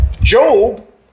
Job